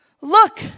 Look